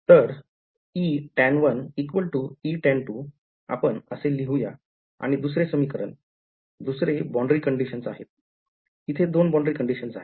तर Etan1 Etan2 आपण असे लिहूया आणि दुसरे समीकरण दुसरे boundary conditions आहे इथे दोन boundary कंडिशन्स आहेत